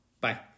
Bye